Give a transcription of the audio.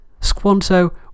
Squanto